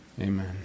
amen